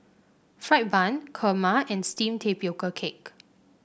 fried bun Kurma and steamed Tapioca Cake